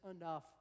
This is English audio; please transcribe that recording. enough